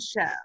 show